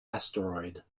asteroid